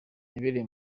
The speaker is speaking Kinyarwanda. yabereye